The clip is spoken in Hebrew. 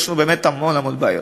יש המון המון בעיות.